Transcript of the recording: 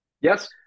Yes